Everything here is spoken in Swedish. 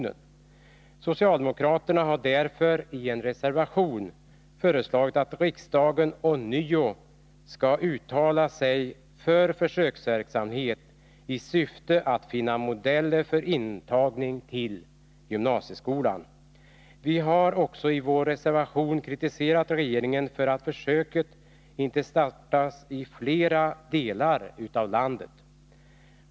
Socialdemokraterna har därför i en reservation föreslagit att riksdagen ånyo skall uttala sig för försöksverksamhet i syfte att finna modeller för intagning till gymnasieskolan. Vi har också i vår reservation kritiserat regeringen för att försöket inte har startats i flera delar av landet.